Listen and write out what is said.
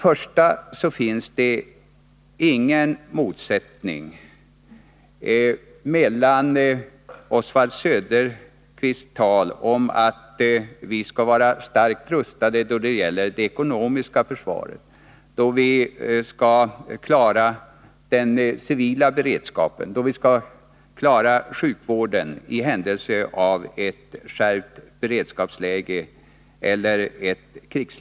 Oswald Söderqvist säger att vi skall vara starkt rustade då det gäller att klara det ekonomiska försvaret, den civila beredskapen och sjukvården i händelse av skärpt beredskap eller krig.